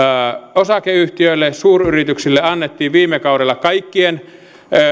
osakeyhtiöille suuryrityksille annettiin viime kaudella kaikkien